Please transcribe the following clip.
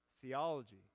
theology